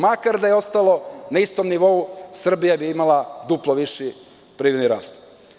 Makar da je ostalo na istom nivou, Srbija bi imala duplo viši privredni rast.